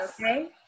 okay